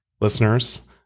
listeners